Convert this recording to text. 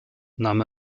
nahm